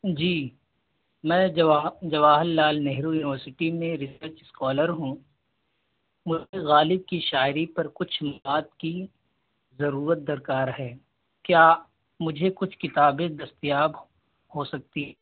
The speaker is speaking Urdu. جی میں جواہ جواہر لال نہرو یونیورسٹی میں ریسرچ اسکالر ہوں مجھے غالب کی شاعری پر کچھ کی ضرورت درکار ہے کیا مجھے کچھ کتابیں دستیاب ہو سکتی ہیں